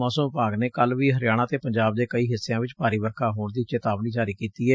ਮੌਸਮ ਵਿਭਾਗ ਨੇ ਕੱਲੁ ਵੀ ਹਰਿਆਣਾ ਅਤੇ ਪੰਜਾਬ ਦੇ ਕਈ ਹਿੱਸਿਆਂ ਚ ਭਾਰੀ ਵਰਖਾ ਹੋਣ ਦੀ ਚੇਤਾਵਨੀ ਜਾਰੀ ਕੀਤੀ ਏ